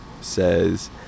says